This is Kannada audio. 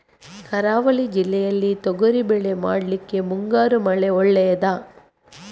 ಕರಾವಳಿ ಜಿಲ್ಲೆಯಲ್ಲಿ ತೊಗರಿಬೇಳೆ ಮಾಡ್ಲಿಕ್ಕೆ ಮುಂಗಾರು ಮಳೆ ಒಳ್ಳೆಯದ?